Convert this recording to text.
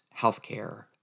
healthcare